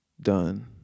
done